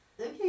Okay